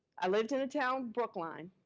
i lived in a town, brookline,